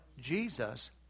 Jesus